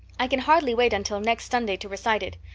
i can hardly wait until next sunday to recite it.